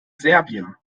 serbien